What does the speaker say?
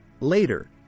Later